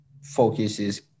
focuses